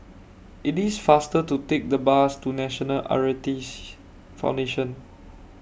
IT IS faster to Take The Bus to National Foundation